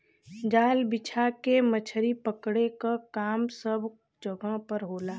जाल बिछा के मछरी पकड़े क काम सब जगह पर होला